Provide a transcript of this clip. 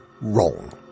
wrong